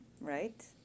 right